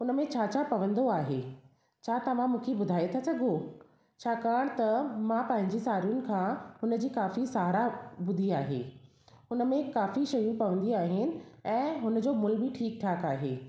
उनमें छा छा पवंदो आहे छा तव्हां मूंखे ॿुधाइ था सघो छाकाणि त मां पंहिंजी साहेड़ियुनि खां उनजी काफी साहारा ॿुधी आहे हुनमें काफी शयूं पवंदियूं आहिनि ऐं हुनजो मूल बि ठीकु ठाकु आहे